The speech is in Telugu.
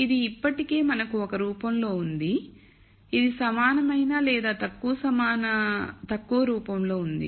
ఇది ఇప్పటికే మనకు ఒక రూపంలో ఉంది ఇది సమానమైన లేదా దా తక్కువ రూపంలో ఉంది